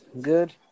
good